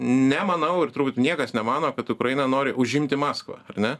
nemanau ir turbūt niekas nemano kad ukraina nori užimti maskvą arne